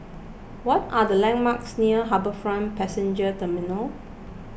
what are the landmarks near HarbourFront Passenger Terminal